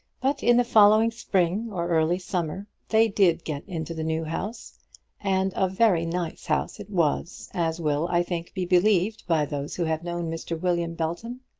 but in the following spring or early summer they did get into the new house and a very nice house it was, as will, i think, be believed by those who have known mr. william belton.